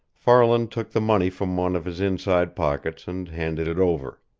farland took the money from one of his inside pockets and handed it over.